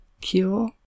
cure